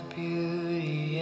beauty